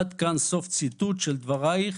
עד כאן סוף ציטוט של דברייך